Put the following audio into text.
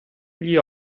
gli